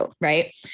right